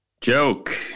Joke